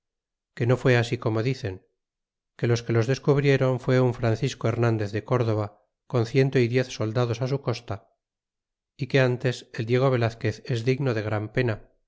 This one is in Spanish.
así como dicen que los que los descubriéron fu un francisco hernandez de córdova con ciento y diez soldados su costa y que ntes el diego velazquez es digno de gran pena